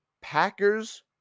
Packers